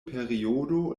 periodo